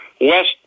West